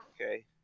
Okay